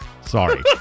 Sorry